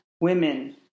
women